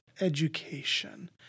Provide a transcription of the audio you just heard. education